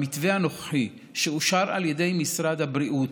במתווה הנוכחי שאושר על ידי משרד הבריאות,